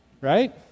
right